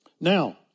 Now